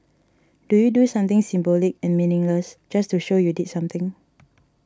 do you do something symbolic and meaningless just to show you did something